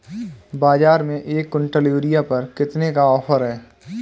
बाज़ार में एक किवंटल यूरिया पर कितने का ऑफ़र है?